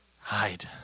hide